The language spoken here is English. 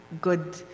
good